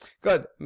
Good